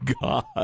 god